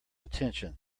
attention